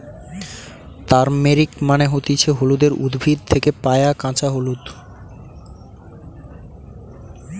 turmeric মানে হতিছে হলুদের উদ্ভিদ থেকে পায়া কাঁচা হলুদ